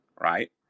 right